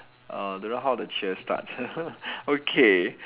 uh don't know how the cheer starts okay